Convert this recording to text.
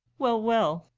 well, well,